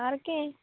सारकें